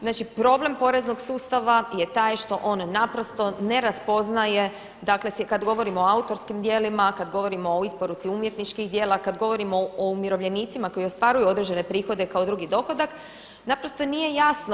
Znači problem poreznog sustava je taj što on naprosto ne raspoznaje, dakle kad govorimo o autorskim djelima, kad govorimo o isporuci umjetničkih djela, kad govorimo o umirovljenicima koji ostvaruju određene prihode kao drugi dohodak naprosto nije jasno.